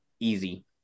easy